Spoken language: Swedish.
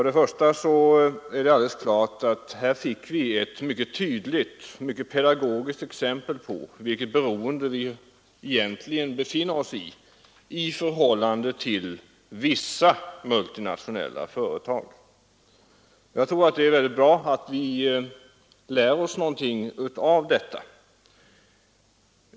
Det är alldeles klart att vi fick ett mycket tydligt och mycket pedagogiskt exempel på vilken beroendeställning vi egentligen befinner oss i i förhållande till vissa multinationella företag. Det vore bra om vi lärde oss något av detta.